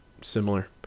similar